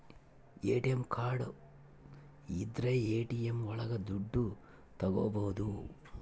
ATM card ಇದ್ರ ATM ಒಳಗ ದುಡ್ಡು ತಕ್ಕೋಬೋದು